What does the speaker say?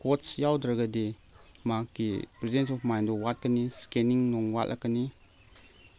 ꯀꯣꯁ ꯌꯥꯎꯗ꯭ꯔꯒꯗꯤ ꯃꯍꯥꯛꯀꯤ presence of ꯃꯥꯏꯟꯗꯨ ꯋꯥꯠꯀꯅꯤ ꯏꯁꯀꯦꯟꯅꯤꯡ ꯅꯨꯡ ꯋꯥꯠꯂꯛꯀꯅꯤ